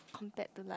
compared to like